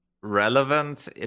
relevant